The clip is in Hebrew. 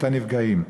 את הנפגעים.